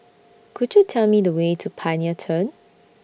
Could YOU Tell Me The Way to Pioneer Turn